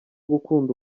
gukunda